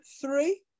three